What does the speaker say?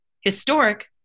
Historic